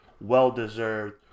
well-deserved